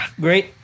Great